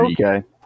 Okay